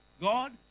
god